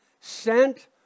sent